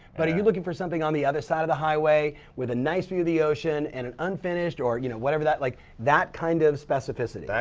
but are you looking for something on the other side of the highway with a nice view of the ocean and an unfinished or you know whatever that. like that kind of specificity.